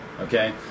okay